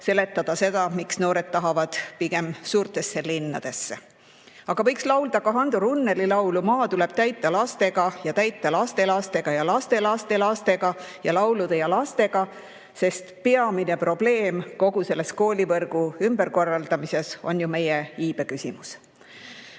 seletada seda, miks noored tahavad pigem suurtesse linnadesse. Aga võiks laulda ka Hando Runneli laulu "Maa tuleb täita lastega ja täita lastelastega ja lastelastelastega ... ja laulude ja lastega", sest peamine probleem kogu selles koolivõrgu ümberkorraldamises, on meie iibeküsimus. Mis